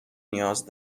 نیاز